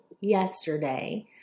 yesterday